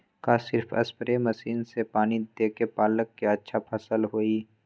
का सिर्फ spray machine से पानी देके पालक के अच्छा फसल होई?